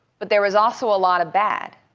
but there was also a lot of bad.